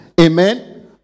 Amen